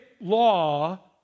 law